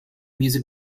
music